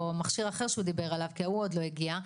או מכשיר אחר שהוא דיבר עליו כי ההוא עוד לא הגיע,